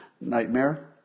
nightmare